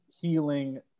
healing